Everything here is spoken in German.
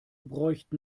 bräuchten